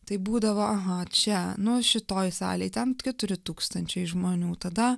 tai būdavo aha čia nu šitoj salėj ten keturi tūkstančiai žmonių tada